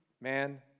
man